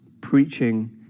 preaching